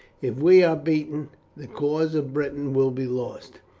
if we are beaten the cause of britain will be lost.